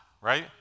right